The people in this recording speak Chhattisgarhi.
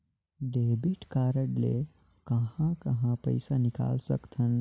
डेबिट कारड ले कहां कहां पइसा निकाल सकथन?